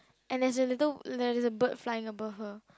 and there's a little there's a bird flying above her